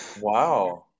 Wow